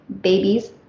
babies